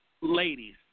ladies